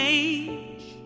age